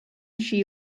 she